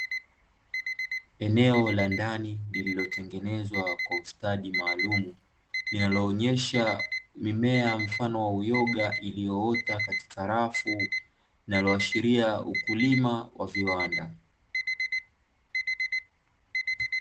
Eneo la ndani lililotengenezwa kwa ustadi maalumu, linaloonyesha mimea mfano wa uyoga, ulioota katika rafu inayoashiria ukulima wa viwanda.